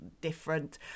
different